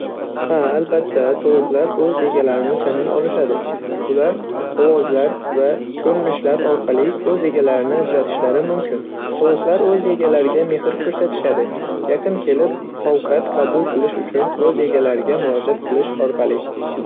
Ha albatta, tovuqlar o'z egalarini taniy olishadi. Ular ovozlar va ko'rinishlar orqali o'z egalarini ajratishlari mumkin. Tovuqlar o'z egalariga mehr ko'rsatishadi yaqin kelib ovqat qabul qilish uchun o'z egalariga murojaat qilish orqali.